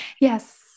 Yes